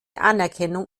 anerkennung